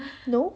no